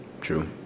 True